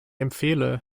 empfehle